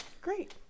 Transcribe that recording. Great